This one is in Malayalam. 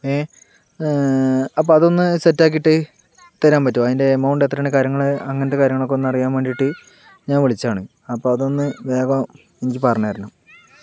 അപ്പോൾ അതൊന്ന് സെറ്റാക്കീട്ട് തരാൻ പറ്റുമോ അതിൻ്റെ എമൗണ്ട് എത്രയാണ് കാര്യങ്ങള് അങ്ങനത്തെ കാര്യങ്ങളൊക്കെ ഒന്നറിയാൻ വേണ്ടീട്ട് ഞാൻ വിളിച്ചതാണ് അപ്പോൾ അതൊന്ന് വേഗം എനിക്ക് പറഞ്ഞ് തരണം